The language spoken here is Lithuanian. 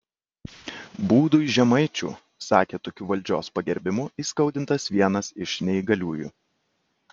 būdui žemaičių sakė tokiu valdžios pagerbimu įskaudintas vienas iš neįgaliųjų